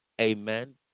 amen